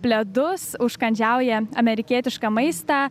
pledus užkandžiauja amerikietišką maistą